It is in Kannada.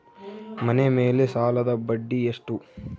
ಮನೆ ಮೇಲೆ ಸಾಲದ ಬಡ್ಡಿ ಎಷ್ಟು?